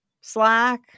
Slack